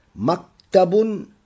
maktabun